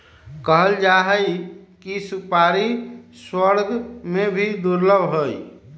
कहल जाहई कि सुपारी स्वर्ग में भी दुर्लभ हई